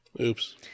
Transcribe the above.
Oops